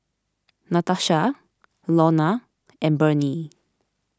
Natasha Launa and Bernie